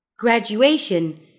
Graduation